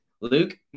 Luke